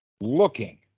looking